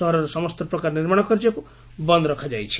ସହରରେ ସମସ୍ତ ପ୍ରକାର ନିର୍ମାଣ କାର୍ଯ୍ୟକୁ ବନ୍ଦ୍ ରଖାଯାଇଛି